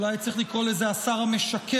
אולי צריך לקרוא לזה השר המשקר,